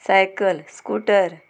cycle scooter